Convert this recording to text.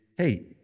hey